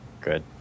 good